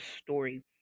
story